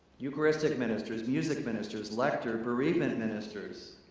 eucharistic ministers, music ministers, lecture, bereavement ministers,